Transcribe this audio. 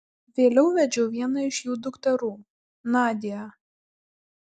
vėliau vedžiau vieną iš jų dukterų nadią